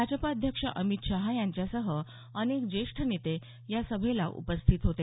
भाजप अध्यक्ष अमित शहा यांच्यासह अनेक ज्येष्ठ नेते या सभेला उपस्थित होते